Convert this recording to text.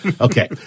Okay